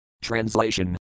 Translation